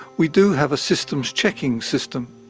we do have a systems checking system.